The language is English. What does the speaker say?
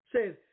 Says